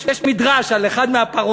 יש מדרש על אחד מהפרעונים,